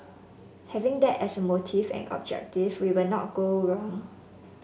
having that as a motive and objective we will not go wrong